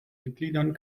mitgliedern